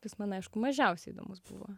jis man aišku mažiausiai įdomus buvo